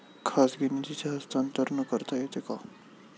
खाजगी निधीचे हस्तांतरण करता येते का?